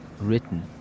written